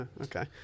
okay